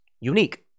unique